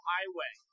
Highway